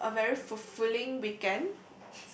have a very fulfilling weekend